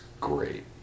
great